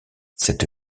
cette